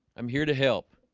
i'm here to help